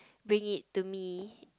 bring it to me